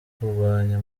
kurwanya